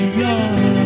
young